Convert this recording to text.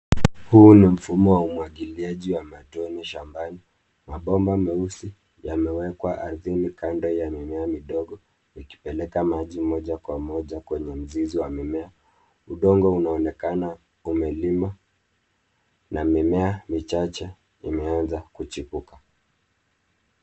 Huu ni mfumo wa umwagiliaji wa matone shambani . Mabomba meusi yamewekwa ardhini kando ya mimea midogo ikipeleka maji moja kwa moja kwenye mizizi ya mimea. Udongo unaonekana umelimwa na mimea michache imeanza kuchipuka.